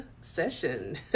session